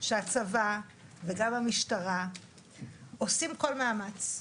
שהצבא וגם המשטרה עושים כל מאמץ,